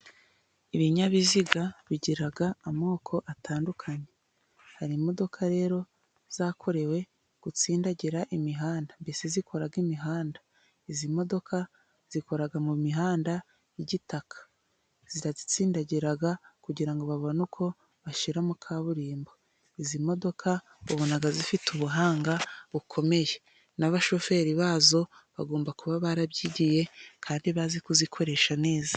Ibinyabiziga bigira amoko atandukanye, hari imodoka rero zakorewe gutsindagira imihanda, mbese zikora imihanda. iyi modoka ikora mu mihanda yigitaka iratsindagira kugira babone uko bashyiramo kaburimbo, iyi modoka ubona ifite ubuhanga bukomeye, n'abashoferi bayo bagomba kuba barabyigiye kandi bazi kuyikoresha neza.